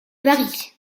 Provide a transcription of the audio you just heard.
paris